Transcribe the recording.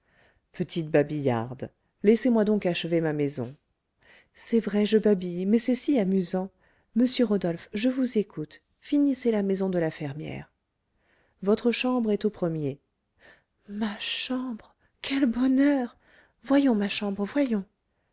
petite babillarde laissez-moi donc achever ma maison c'est vrai je babille mais c'est si amusant monsieur rodolphe je vous écoute finissez la maison de la fermière votre chambre est au premier ma chambre quel bonheur voyons ma chambre voyons